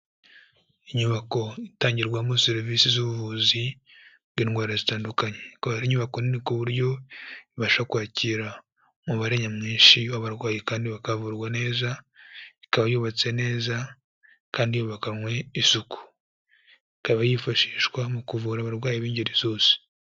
Inyubako itangirwamo serivisi z'ubuvuzi bw'indwara zitandukanye. Akaba ari inyubako nini ku buryo ibasha kwakira umubare nyamwinshi w'abarwayi kandi bakavurwa neza, ikaba yubatse neza kandi yubakanywe isuku. Ikaba yifashishwa mu kuvura abarwayi b'ingeri zose.